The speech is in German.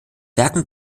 werk